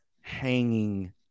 hanging